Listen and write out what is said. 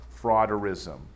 Frauderism